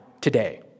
Today